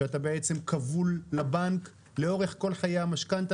שאתה בעצם כבול לבנק לאורך כל חיי המשכנתא